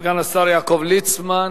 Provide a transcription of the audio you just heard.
סגן השר יעקב ליצמן,